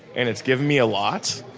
and it's given me a lot.